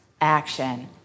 Action